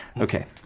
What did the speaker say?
Okay